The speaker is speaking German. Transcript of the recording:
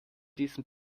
diesem